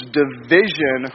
division